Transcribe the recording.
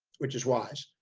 which is wise,